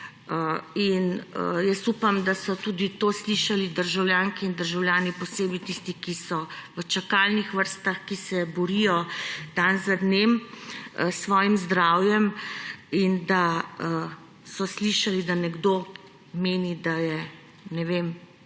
In upam, da so tudi to slišali državljanke in državljani, posebej tisti, ki so v čakalnih vrstah, ki se borijo dan za dnem s svojim zdravjem. In da so slišali, da nekdo meni, da je, ne vem,